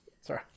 Sorry